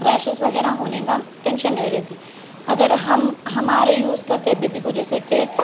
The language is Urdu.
ریشز وغیرہ ہونے کا ٹینشن نہیں رہتی اگر ہم ہمارے یوز کرتے بیبی کو جیسے کہ